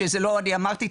שזה לא אני אמרתי,